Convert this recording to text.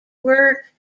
work